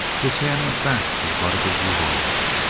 his hand went back to the butt of his revolver.